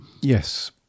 Yes